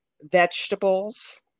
vegetables